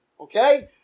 Okay